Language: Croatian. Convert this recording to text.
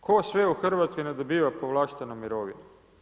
Tko sve u Hrvatskoj ne dobiva povlaštenu mirovinu?